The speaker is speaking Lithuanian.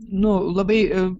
nu labai